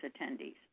attendees